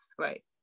right